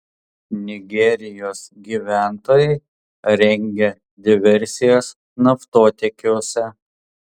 nigerijos gyventojai rengia diversijas naftotiekiuose